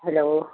hello